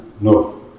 no